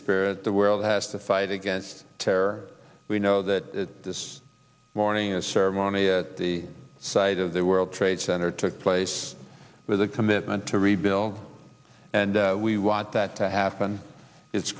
spirit the world has to fight against terror we know that this morning a ceremony at the site of the world trade center took place with a commitment to rebuild and we want that to happen it's